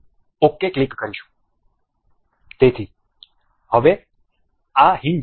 આપણે ok click કરીશું